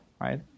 right